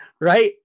Right